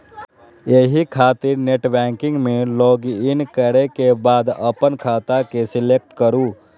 एहि खातिर नेटबैंकिग मे लॉगइन करै के बाद अपन खाता के सेलेक्ट करू